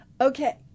Okay